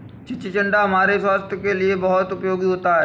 चिचिण्डा हमारे स्वास्थ के लिए बहुत उपयोगी होता है